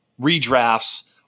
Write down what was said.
redrafts